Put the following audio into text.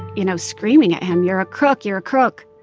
you know, screaming at him you're a crock, you're a crook.